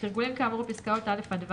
תרגולים כאמור בפסקאות (א) עד (ו)